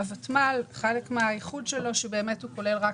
הותמ"ל חלק מהייחוד שלו שבאמת הוא כולל רק